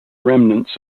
remnants